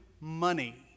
money